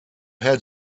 had